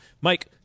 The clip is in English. Mike